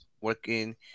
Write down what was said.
working